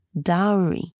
dowry